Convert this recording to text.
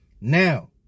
now